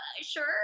sure